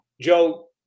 Joe